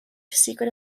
secret